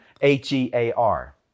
H-E-A-R